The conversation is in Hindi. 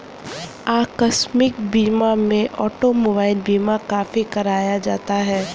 आकस्मिक बीमा में ऑटोमोबाइल बीमा काफी कराया जाता है